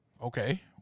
Okay